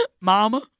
Mama